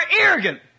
arrogant